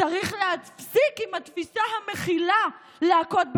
צריך להפסיק עם התפיסה המכילה, להכות בחמאס,